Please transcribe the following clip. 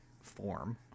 form